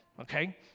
Okay